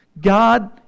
God